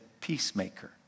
peacemaker